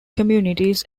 communities